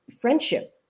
friendship